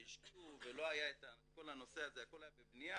והשקיעו ולא היה את כל הנושא הזה, הכול היה בבניה.